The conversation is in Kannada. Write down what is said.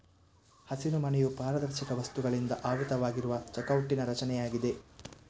ಹಸಿರುಮನೆಯು ಪಾರದರ್ಶಕ ವಸ್ತುಗಳಿಂದ ಆವೃತವಾಗಿರುವ ಚೌಕಟ್ಟಿನ ರಚನೆಯಾಗಿದೆ